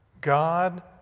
God